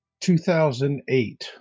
2008